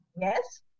Yes